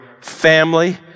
family